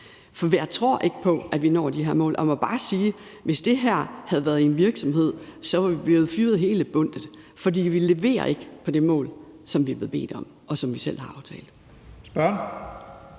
For jeg tror ikke på, at vi når de her mål, og jeg må bare sige, at vi, hvis det her havde været en virksomhed, var blevet fyret, hele bundtet. For vi leverer ikke på det mål, som vi er blevet bedt om, og som vi selv har aftalt.